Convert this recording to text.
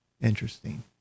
Interesting